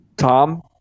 Tom